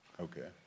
Okay